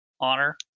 honor